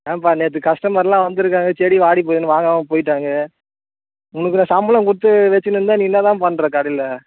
ஏன்ப்பா நேற்று கஸ்டமர்லாம் வந்திருக்காங்க செடி வாடி போய்ருக்குன்னு வாங்காமல் போய்ட்டாங்க உனக்கு நான் சம்பளம் கொடுத்து வெச்சுன்னு இருந்தால் நீ என்ன தான் பண்ணுற கடையில்